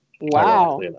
wow